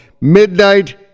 Midnight